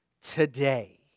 today